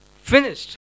Finished